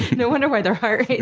no wonder why their heart